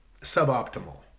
suboptimal